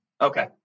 Okay